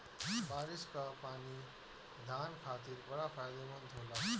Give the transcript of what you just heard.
बारिस कअ पानी धान खातिर बड़ा फायदेमंद होला